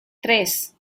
tres